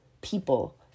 people